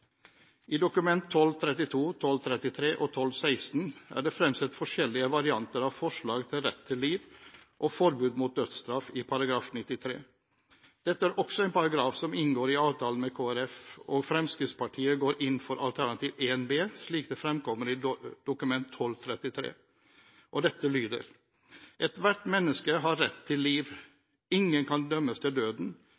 I Dokument 12:32, 12:33 og 12:16 er det fremsatt forskjellige varianter av forslag til rett til liv og forbud mot dødsstraff i § 93. Dette er også en paragraf som inngår i avtalen med Kristelig Folkeparti, og Fremskrittspartiet går inn for Alternativ 1 B, slik det fremkommer i Dokument 12:33. Dette lyder: «Ethvert menneske har rett til liv.